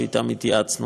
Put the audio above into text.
שאתם התייעצנו.